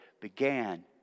began